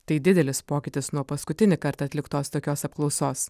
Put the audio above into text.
tai didelis pokytis nuo paskutinį kartą atliktos tokios apklausos